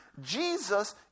Jesus